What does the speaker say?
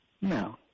No